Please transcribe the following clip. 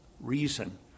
reason